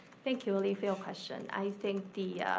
thank you, willy for your question. i think